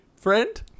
friend